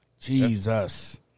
Jesus